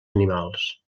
animals